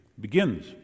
begins